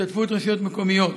השתתפות רשויות מקומיות.